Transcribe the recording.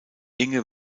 inge